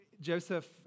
Joseph